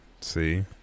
See